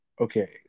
Okay